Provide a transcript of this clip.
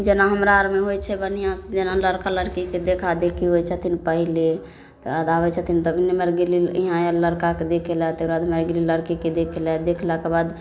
जेना हमरा आरमे होइ छै बढ़िआँ से जेना लड़का लड़कीके देखा देखी होइ छथिन पहिले ओकरा बाद आबै छथिन तऽ एम्हर गेली लड़काके देखैलए तकर बाद गेली लड़कीके देखैलए देखलाके बाद